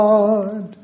God